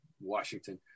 Washington